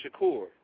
Shakur